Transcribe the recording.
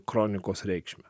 kronikos reikšmę